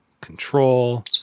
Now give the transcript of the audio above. control